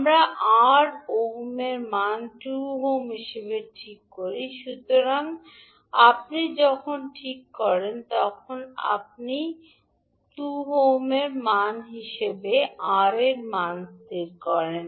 আমরা আর ওমের মান 2 ওহম হিসাবে ঠিক করি সুতরাং আপনি যখন ঠিক করেন আপনি যখন 2 ওহমের হিসাবে আর এর মান স্থির করেন